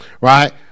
Right